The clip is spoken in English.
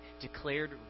declared